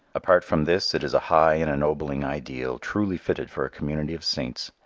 apart from this it is a high and ennobling ideal truly fitted for a community of saints.